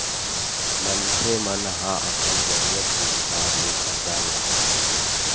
मनखे मन ह अपन जरुरत के हिसाब ले करजा ल लेथे